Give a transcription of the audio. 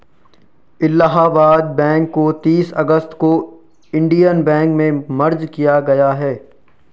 Allahabad bank को तीस अगस्त को इन्डियन बैंक में मर्ज किया गया है